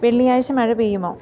വെള്ളിയാഴ്ച മഴ പെയ്യുമോ